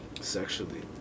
Sexually